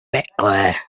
meklē